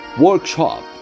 Workshop